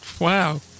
Wow